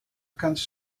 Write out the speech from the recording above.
kannst